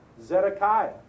Zedekiah